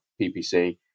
PPC